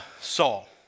Saul